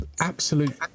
absolute